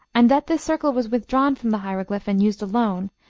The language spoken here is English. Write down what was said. and that this circle was withdrawn from the hieroglyph, and used alone,